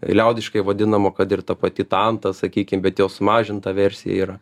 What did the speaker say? liaudiškai vadinamo kad ir ta pati tanta sakykim bet jos sumažinta versija yra